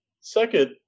second